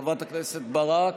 חברת הכנסת ברק,